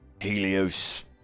Helios